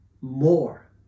more